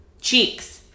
cheeks